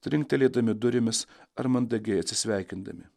trinktelėdami durimis ar mandagiai atsisveikindami